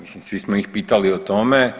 Mislim svi smo ih pitali o tome.